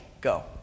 Go